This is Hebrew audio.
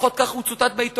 לפחות כך הוא צוטט בעיתונות,